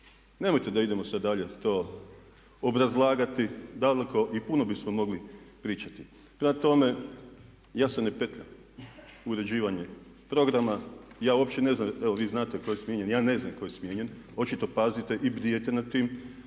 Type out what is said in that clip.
Nemojte da idemo sad dalje to obrazlagati daleko i puno bismo mogli pričati. Prema tome, ja se ne petljam u uređivanje programa. Ja uopće ne znam, evo vi znate tko je smijenjen, ja ne znam tko je smijenjen. Očito pazite i bdijete nad tim.